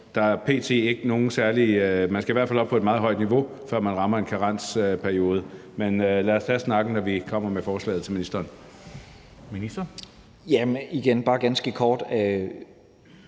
man skal i hvert fald op på et meget højt niveau, før man rammer en karensperiode. Men lad os tage snakken, når vi kommer med forslaget til ministeren.